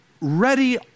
ready